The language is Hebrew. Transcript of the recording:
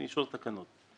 אישור התקנות הווי אומר מהיום.